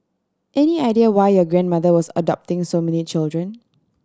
any idea why your grandmother was adopting so many children